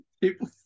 People